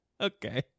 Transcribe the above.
Okay